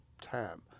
time